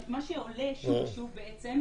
מה שעולה שוב ושוב בעצם,